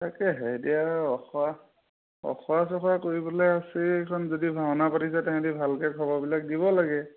তাকে হেৰি এতিয়া অখৰা অখৰা চখৰা কৰিবলৈ আছে এইখন যদি ভাওনা পাতিছে তেহেঁতি ভালকৈ খবৰবিলাক দিব লাগে